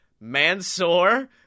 Mansoor